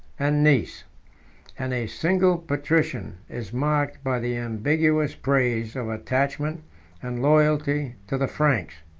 and nice and a single patrician is marked by the ambiguous praise of attachment and loyalty to the franks.